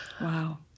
Wow